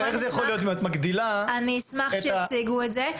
אם את מגדילה את ה- -- אני אשמח שיציגו את זה.